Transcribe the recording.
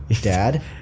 dad